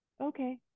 Okay